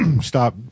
stop